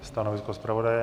Stanovisko zpravodaje?